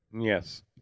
Yes